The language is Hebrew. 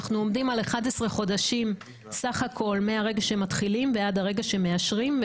אנחנו עומדים על 11 חודשים בסך הכול מהרגע שמתחילים ועד הרגע שמאשרים.